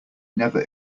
never